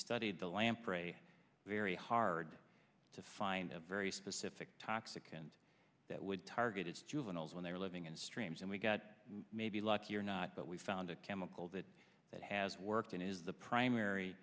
studied the lamp for a very hard to find a very specific toxic and that would targeted juveniles when they were living in streams and we got maybe lucky or not but we found a chemical that that has worked and is the